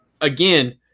again